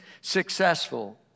successful